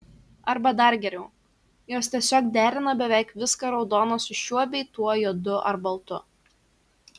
arba dar geriau jos tiesiog derina beveik viską raudoną su šiuo bei tuo juodu ar baltu